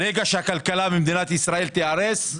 ברגע שהכלכלה במדינת ישראל תיהרס,